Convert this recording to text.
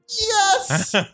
Yes